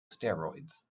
steroids